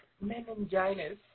Meningitis